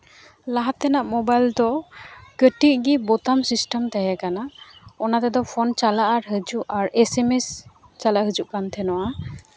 ᱞᱟᱦᱟ ᱛᱮᱱᱟᱜ ᱢᱳᱵᱟᱭᱤᱞ ᱫᱚ ᱠᱟᱹᱴᱤᱡ ᱜᱮ ᱵᱳᱛᱟᱢ ᱥᱤᱥᱴᱮᱢ ᱛᱟᱦᱮᱸ ᱠᱟᱱᱟ ᱚᱱᱟ ᱛᱮᱫᱚ ᱯᱷᱚᱱ ᱪᱟᱞᱟᱜ ᱟᱨ ᱦᱤᱡᱩᱜ ᱟᱨ ᱮᱥᱮᱢᱮᱥ ᱪᱟᱞᱟᱜ ᱦᱤᱡᱩᱜ ᱠᱟᱱ ᱛᱟᱦᱮᱱᱟ